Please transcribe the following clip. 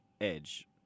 edge